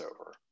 over